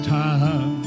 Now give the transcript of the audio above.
time